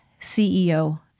CEO